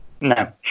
No